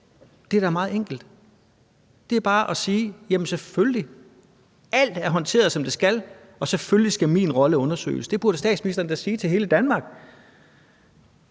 Det er bare at sige: Selvfølgelig; alt er håndteret, som det skal, og selvfølgelig skal min rolle undersøges. Det burde statsministeren da sige til hele Danmark,